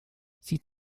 sieht